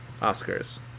Oscars